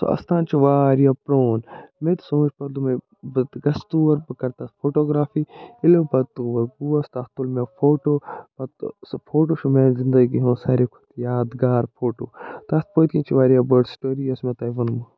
سُہ اَستان چھِ واریاہ پرون مےٚتہِ سوٗنچھ پتہٕ دۄپ پتہٕ ہے بہٕ گژھٕ تور بہٕ کَرٕ تَتھ فوٹوگرافی ییٚلہٕ بہٕ پتہٕ تور گۄوس تَتھ تُل مےٚ فوٹو پتہٕ سُہ فوٹو چھِ میانہِ زندگی ہُنٛد سارِوی کھۄتہٕ یادگار فوٹوٗ تَتھ پٲتۍ کِنۍ چھِ واریاہ بٔڑ سِٹوری یۄس مےٚ تۄہہِ ؤنۍ مَو